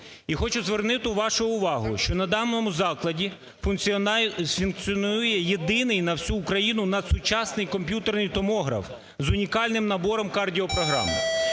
І хочу звернути вашу увагу, що на даному закладі функціонує єдиний на всю Україну надсучасний комп'ютерний томограф з унікальним набором кардіопрограм.